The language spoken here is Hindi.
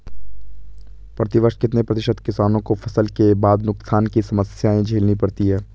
प्रतिवर्ष कितने प्रतिशत किसानों को फसल के बाद नुकसान की समस्या झेलनी पड़ती है?